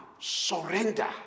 Surrender